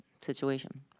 situation